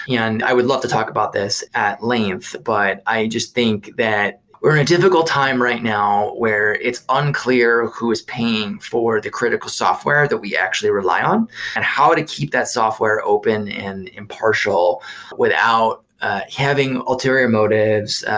yeah and i would love to talk about this at length, but i just think that we're in a difficult time right now where it's unclear who's paying for the critical software that we actually rely on and how to keep that software open and in partial without having ulterior motives,